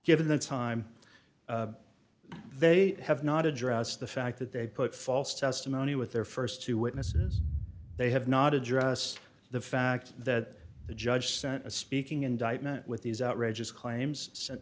given the time they have not addressed the fact that they put false testimony with their st two witnesses they have not address the fact that the judge sent a speaking indictment with these outrageous claims s